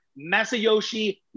Masayoshi